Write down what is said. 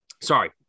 sorry